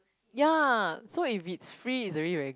ya so if it's free it's already very